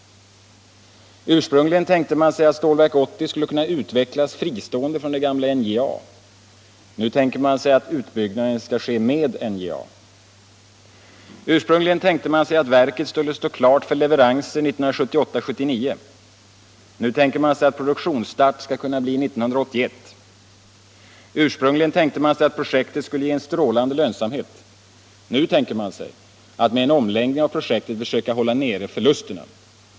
Ursprungligen tänkte man sig att Stålverk 80 skulle utvecklas fristående från gamla NJA. Nu tänker man sig att utbyggnaden skall ske med NJA. Ursprungligen tänkte man sig att verket skulle stå klart för leveranser 1978-1979. Nu tänker man sig att produktionsstart skall kunna ske 1981. Ursprungligen tänkte man sig att projektet skulle ge en strålande lönsamhet. Nu tänker man sig att med en omläggning av projektet försöka hålla nere förlusterna.